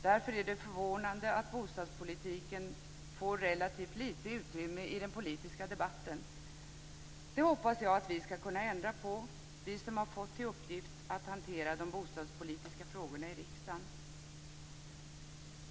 Därför är det förvånande att bostadspolitiken får relativt litet utrymme i den politiska debatten. Det hoppas jag att vi ska kunna ändra på, vi som har fått till uppgift att hantera de bostadspolitiska frågorna i riksdagen.